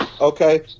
Okay